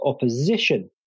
opposition